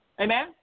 Amen